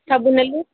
ସବୁ ନେଲୁ